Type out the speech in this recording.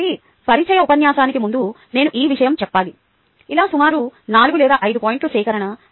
కాబట్టి పరిచయ ఉపన్యాసానికి ముందు నేను ఈ విషయం చెప్పాలి ఇలా సుమారు 4 లేదా 5 పాయింట్ల సేకరణ